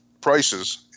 prices